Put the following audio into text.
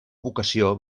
vocació